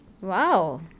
Wow